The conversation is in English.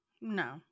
no